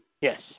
Yes